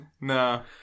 No